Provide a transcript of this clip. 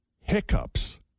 Hiccups